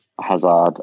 Hazard